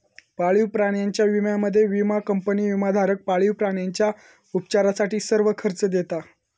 पाळीव प्राण्यांच्या विम्यामध्ये, विमा कंपनी विमाधारक पाळीव प्राण्यांच्या उपचारासाठी सर्व खर्च देता